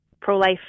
pro-life